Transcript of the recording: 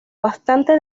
bastante